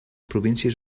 províncies